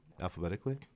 alphabetically